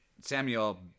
Samuel